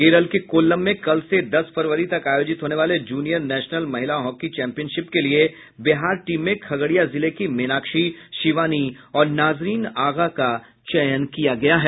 केरल के कोल्लम में कल से दस फरवरी तक आयोजित होने वाले जूनियर नेशनल महिला हॉकी चैंपियनशिप के लिये बिहार टीम में खगड़िया जिले की मीनाक्षी शिवानी और नाजरिन आगा का चयन किया गया है